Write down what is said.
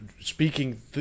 speaking